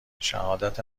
شهادت